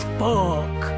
fuck